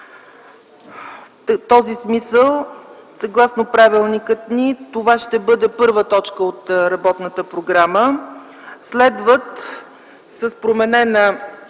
В този смисъл съгласно правилника ни, това ще бъде първа точка от работната програма. Следват с променена